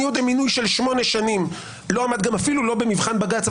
אני יודע שמינוי של שמונה שנים לא עמד אפילו במבחן בג"צ,